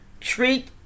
treat